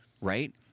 Right